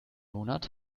monat